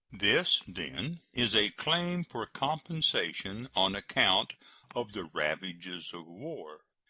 this, then, is a claim for compensation on account of the ravages of war.